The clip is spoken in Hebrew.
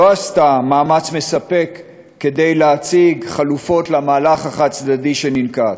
לא עשתה מאמץ מספק להציג חלופות למהלך החד-צדדי שננקט.